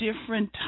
different